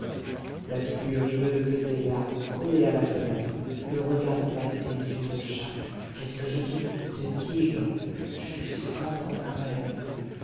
sa figure hideuse était là collée à la fenêtre me regardant avec ses yeux de chat qu'est-ce que je dis de tigre juste comme dans un rêve